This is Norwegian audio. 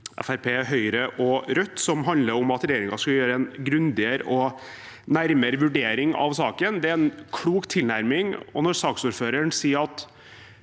Høyre og Rødt, som handler om at regjeringen skal gjøre en grundigere og nærmere vurdering av saken. Det er en klok tilnærming. Saksordføreren sa at